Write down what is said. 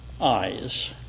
eyes